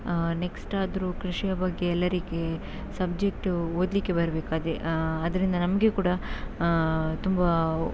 next ಆದರೂ ಕೃಷಿಯ ಬಗ್ಗೆ ಎಲ್ಲರಿಗೆ ಸಬ್ಜೆಕ್ಟು ಓದಲಿಕ್ಕೆ ಬರ್ಬೇಕು ಅದೇ ಅದರಿಂದ ನಮಗೆ ಕೂಡ ತುಂಬ